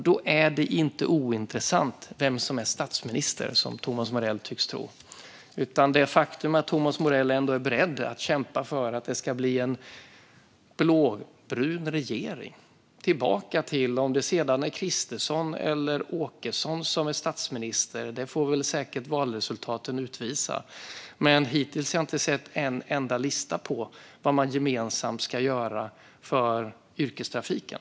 Då är det inte ointressant vem som är statsminister, vilket Thomas Morell tycks tro. Det faktum att Thomas Morell ändå är beredd att kämpa för att det ska bli en blåbrun regering, oavsett om det är Kristersson eller Åkesson som blir statsminister. Det får säkert valresultatet utvisa. Men hittills har jag inte sett en enda lista på vad man gemensamt ska göra för yrkestrafiken.